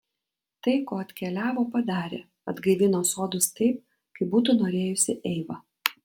tai ko atkeliavo padarė atgaivino sodus taip kaip būtų norėjusi eiva